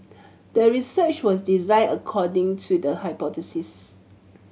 the research was designed according to the hypothesis